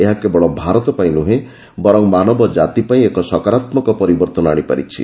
ଏହା କେବଳ ଭାରତ ପାଇଁ ନୁହେଁ ବରଂ ମାନବଜାତି ପାଇଁ ଏକ ସକାରାତ୍ମକ ପରିବର୍ତ୍ତନ ଆଶିପାରିଛି